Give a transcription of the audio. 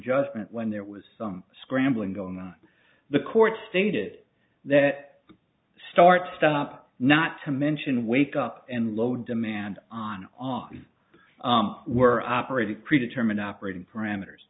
judgment when there was some scrambling going on the court stated that start stop not to mention wake up and low demand on on we're operating predetermine operating parameters